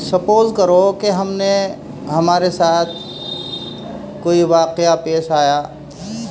suppose کرو کہ ہم نے ہمارے ساتھ کوئی واقعہ پیش آیا